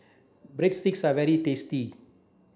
Breadsticks are very tasty